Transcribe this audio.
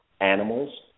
animals